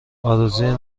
ارزوی